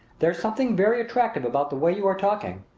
there's something very attractive about the way you are talking.